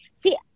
see